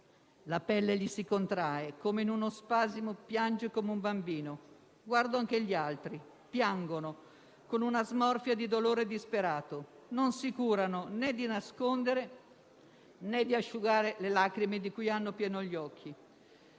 La pelle gli si contrae, come in uno spasimo: piange, come un bambino. Guardo anche gli altri. Piangono, con una smorfia di dolore disperato. Non si curano né di nascondere né di asciugare le lacrime di cui hanno pieni gli occhi».